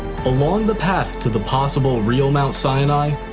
along the path to the possible real mount sinai,